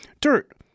Dirt